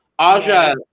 Aja